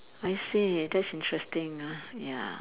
I see that's interesting ah ya